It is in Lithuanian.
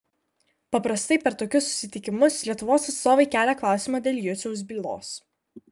paprastai per tokius susitikimus lietuvos atstovai kelia klausimą dėl juciaus bylos